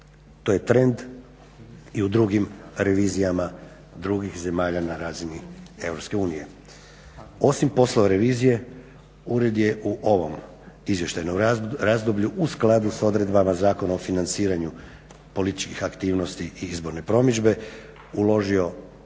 To je trend i u drugim revizijama drugih zemalja na razini EU. Osim poslova revizije ured je u ovom izvještajnom razdoblju u skladu s odredbama Zakona o financiranju političkih aktivnosti i izborne promidžbe uložio